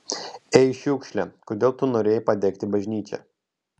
ei šiukšle kodėl tu norėjai padegti bažnyčią